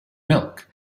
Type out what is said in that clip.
milk